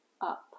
up